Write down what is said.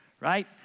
right